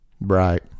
Right